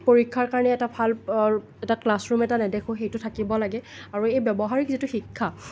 পৰীক্ষাৰ কাৰণে এটা ভাল এটা ক্লাছ ৰুম এটা নেদেখোঁ সেইটো থাকিব লাগে আৰু এই ব্যৱহাৰিক যিটো শিক্ষা